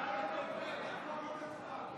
בין הפריפריה למרכז),